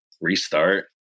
restart